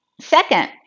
Second